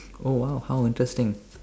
oh !wow! how interesting